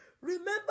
Remember